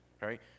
Right